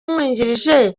umwungirije